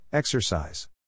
Exercise